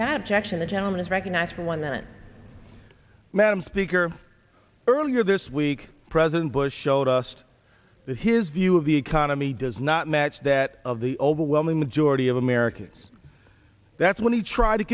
that's actually the gentleman is recognized for one minute madam speaker earlier this week president bush showed us that his view of the economy does not match that of the overwhelming majority of americans that's when he tried to